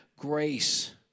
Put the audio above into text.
Grace